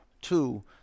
two